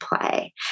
play